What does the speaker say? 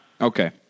Okay